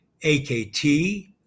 AKT